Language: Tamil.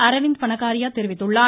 அரவிந்த் பனகாரியா தெரிவித்துள்ளார்